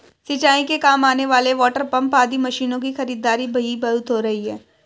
सिंचाई के काम आने वाले वाटरपम्प आदि मशीनों की खरीदारी भी बहुत हो रही है